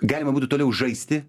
galima būtų toliau žaisti